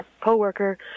co-worker